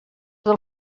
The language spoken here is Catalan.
del